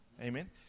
Amen